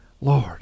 Lord